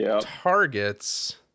targets